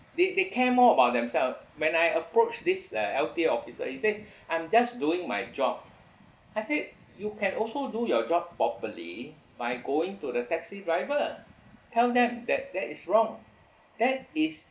they they care more about themselves when I approach this uh L_T_A officer he said I'm just doing my job I said you can also do your job properly by going to the taxi driver tell them that that is wrong that is